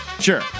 sure